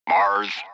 Mars